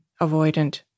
avoidant